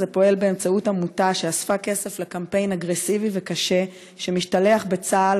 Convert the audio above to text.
פועל באמצעות עמותה שאספה כסף לקמפיין אגרסיבי וקשה שמשתלח בצה"ל,